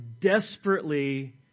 desperately